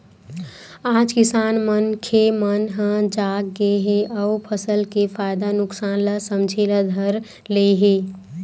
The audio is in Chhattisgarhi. आज किसान मनखे मन ह जाग गे हे अउ फसल के फायदा नुकसान ल समझे ल धर ले हे